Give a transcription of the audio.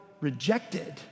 rejected